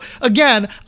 Again